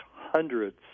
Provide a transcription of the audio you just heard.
hundreds